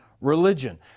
religion